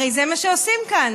הרי זה מה שעושים כאן.